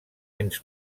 ens